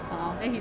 (uh huh)